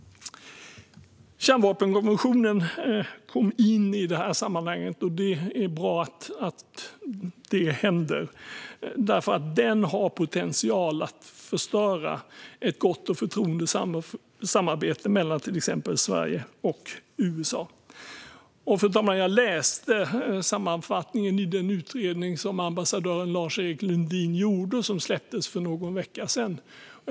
Kärnvapenkonventionen kom in i detta sammanhang, och det var bra att det hände. Den har nämligen potential att förstöra ett gott och förtroendefullt samarbete mellan till exempel Sverige och USA. Fru talman! Jag läste sammanfattningen i den utredning som ambassadören Lars-Erik Lundin gjorde som släpptes för någon vecka sedan.